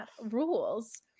rules